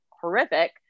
horrific